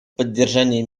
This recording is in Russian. поддержании